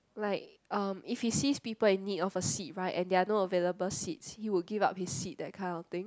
like um if he sees people in need of a seat right and there are no available seats he will give up his seat that kind of thing